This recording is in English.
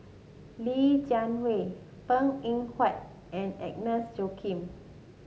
Li Jiawei Png Eng Huat and Agnes Joaquim